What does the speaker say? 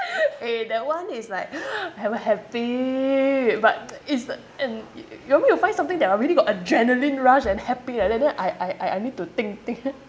eh that one is like have happy but it's in you want me to find something that I really got adrenaline rush and happy like that then I I I need to think think